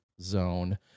zone